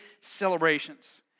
celebrations